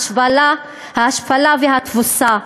ההשפלה והתבוסה.